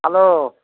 hello